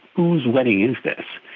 whose wedding is this?